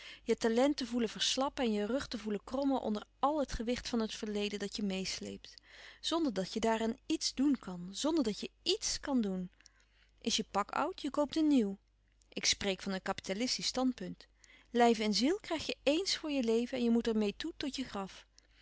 je talent te voelen verslappen en je rug te voelen krommen onder àl het gewicht van het verleden dat je meêsleept zonder dat je daaraan iets doen kan zonder dat je ièts kan doen is je pak oud je koopt een nieuw ik spreek van een kapitalistiesch standpunt lijf en ziel krijg je éens voor je leven en je moet er meê toe tot je graf